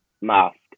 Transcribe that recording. mask